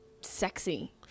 sexy